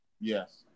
Yes